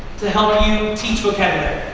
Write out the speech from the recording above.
to help you teach vocabulary.